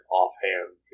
offhand